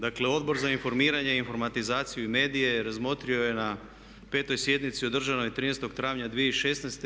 Dakle, Odbor za informiranje, informatizaciju i medije razmotrio je na 5. sjednici održanoj 13. travnja 2016.